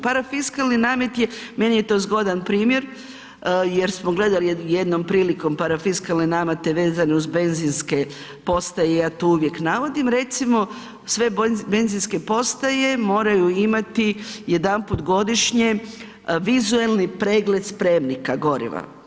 Parafiskalni namet je, meni je to zgodan primjer, jer smo gledali jednom prilikom parafiskalne namete vezane uz benzinske postaje, ja to uvijek navodim, recimo sve benzinske postaje moraju imati jedanput godišnje vizualni pregled spremnika goriva.